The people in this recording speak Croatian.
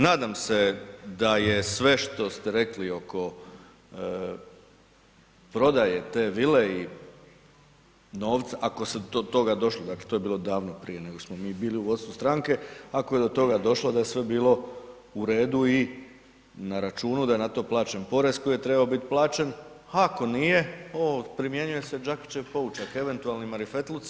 Nadam se da je sve što ste rekli oko prodaje te vile i novca, ako je do toga došlo, dakle to je bilo davno prije nego što smo mi bili u vodstvu stranke, ako je do toga došlo da je sve bilo u redu i na računu, da je na to plaćen porez koji je trebo biti plaćen, a ako nije primjenjuje se Đakićev poučak, eventualni marifetluci i tako.